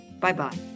Bye-bye